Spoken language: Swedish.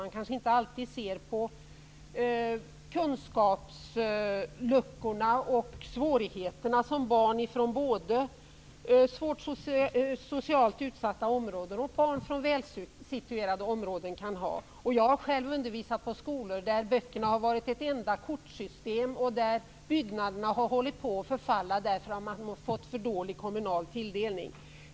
Man kanske inte alltid ser de kunskapsluckor och svårigheter som barn ifrån både socialt utsatta områden och välsituerade områden kan ha. Jag har själv undervisat på skolor där böckerna har varit ett enda kortsystem och byggnaderna har hållit på att förfalla därför att man har fått för dålig kommunal tilldelning.